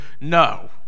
no